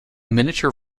miniature